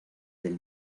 del